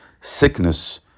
Sickness